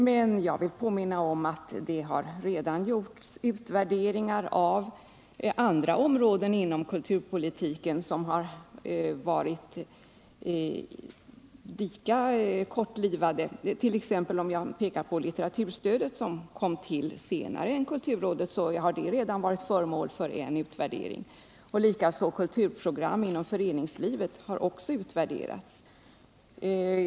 Men jag vill påminna om att det redan gjorts utvärderingar på andra områden inom kulturpolitiken som är lika unga. Litteraturstödet, som kom till senare än kulturrådet, har redan varit föremål för en utvärdering. Likaså har kulturprogram inom föreningslivet utvärderats.